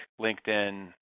LinkedIn